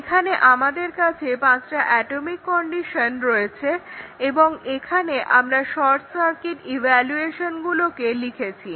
এখানে আমাদের কাছে পাঁচটা অ্যাটমিক কন্ডিশন রয়েছে এবং এখানে আমরা শর্ট সার্কিট এভালুয়েশনগুলোকে লিখেছি